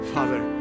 Father